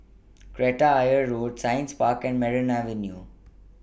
Kreta Ayer Road Science Park and Merryn Avenue